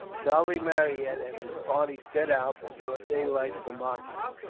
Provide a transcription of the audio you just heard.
charlie marryat and his party set out before daylight from madras.